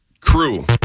Crew